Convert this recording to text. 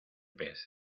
pez